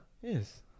Yes